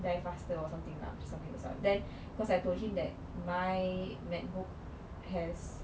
die faster or something lah something to start then cause I told him that my macbook has